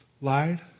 lied